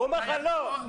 הוא אומר לך שלא.